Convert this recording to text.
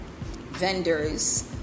vendors